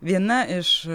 viena iš